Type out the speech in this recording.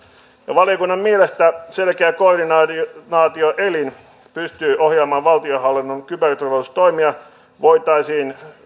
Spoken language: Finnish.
valiokunnan mielestä selkeä koordinaatioelin joka pystyy ohjaamaan valtionhallinnon kyberturvallisuustoimia voitaisiin